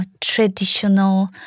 traditional